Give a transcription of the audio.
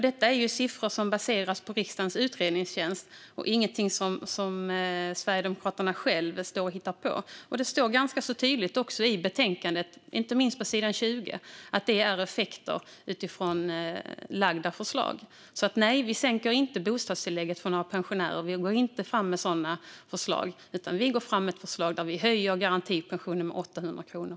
Detta är siffror som baseras på riksdagens utredningstjänst och ingenting som Sverigedemokraterna själva står och hittar på. Det står också ganska tydligt i betänkandet, inte minst på sidan 20, att det är effekter utifrån framlagda förslag. Nej, vi sänker inte bostadstillägget för våra pensionärer. Vi går inte fram med sådana förslag. Vi går fram med ett förslag där vi höjer garantipensionen med 800 kronor.